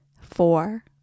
four